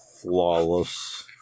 flawless